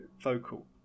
vocal